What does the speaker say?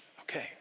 okay